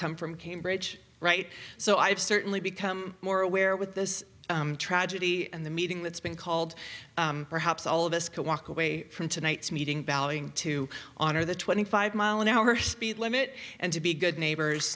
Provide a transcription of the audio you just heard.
come from cambridge right so i've certainly become more aware with this tragedy and the meeting that's been called perhaps all of us can walk away from tonight's meeting valley to honor the twenty five mile an hour speed limit and to be good neighbors